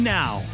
now